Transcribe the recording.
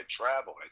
travel